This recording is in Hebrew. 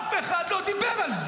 אף אחד לא ידע,